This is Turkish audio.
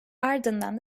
ardından